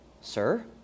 sir